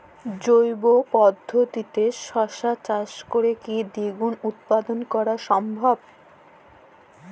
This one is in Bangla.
জৈব পদ্ধতিতে শশা চাষ করে কি দ্বিগুণ উৎপাদন করা সম্ভব?